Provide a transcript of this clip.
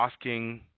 asking